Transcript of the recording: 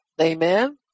Amen